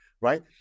right